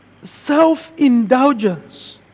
self-indulgence